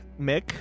Mick